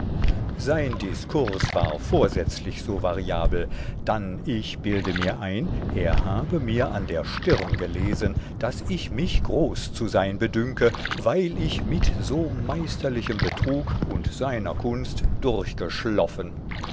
sein diskurs war vorsätzlich so variabel dann ich bilde mir ein er habe mir an der stirn gelesen daß ich mich groß zu sein bedünke weil ich mit so meisterlichem betrug und seiner kunst